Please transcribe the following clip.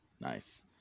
Nice